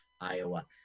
Iowa